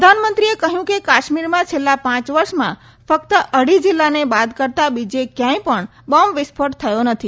પ્રધાનમંત્રીએ કહ્યું કે કાશ્મીરમાં છેલ્લા પાંચ વર્ષમાં ફક્ત અઢી જિલ્લાને બાદ કરતાં બીજે ક્યાંય પણ બોમ્બ વિસ્ફોટ થયો નથી